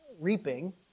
reaping